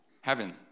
Heaven